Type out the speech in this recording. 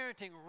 parenting